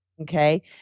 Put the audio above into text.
Okay